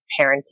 parenting